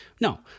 No